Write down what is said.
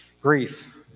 Grief